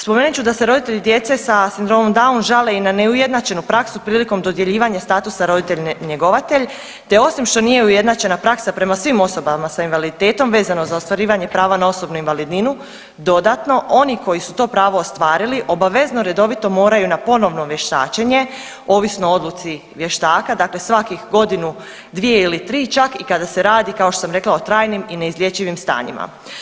Spomenut ću da se roditelji djece sa sindromom Down žale i na neujednačenu praksu prilikom dodjeljivanja statusa roditelj-njegovatelj te osim što nije ujednačena praksa prema svim osobama s invaliditetom vezano za ostvarivanje prava na osobnu invalidninu dodatno oni koji su to pravo ostvarili obavezno redovito moraju na ponovno vještačenje ovisno o odluci vještaka, dakle svakih godinu, dvije ili tri, čak i kada se radi kao što sam rekla o trajnim i neizlječivim stanjima.